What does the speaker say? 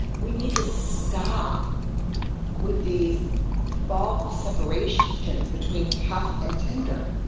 we need to stop with these false ah separations between tough and tender.